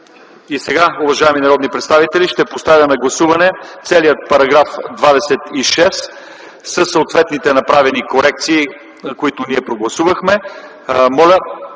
Сега, уважаеми народни представители, ще поставя на гласуване целия § 26 със съответните направени корекции, които ние прогласувахме. Моля,